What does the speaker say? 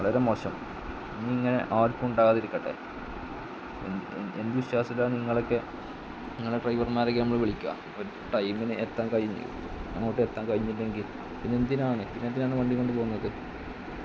വളരെ മോശം ഇനി ഇങ്ങനെ ആർക്കും ഉണ്ടാകാതിരിക്കട്ടെ എന്ത് വിശ്വാസത്തിലാണ് നിങ്ങളൊക്കെ നിങ്ങളുടെ ഡ്രൈവർമാരെയൊക്കെ നമ്മൾ വിളിക്കുക ഒരു ടൈമിൽ എത്താൻ കഴിഞ്ഞ് അങ്ങോട്ടെത്താൻ കഴിഞ്ഞില്ലെങ്കിൽ പിന്നെ എന്തിനാണ് എന്നാത്തിനാണ് വണ്ടിയും കൊണ്ട് പോകുന്നത്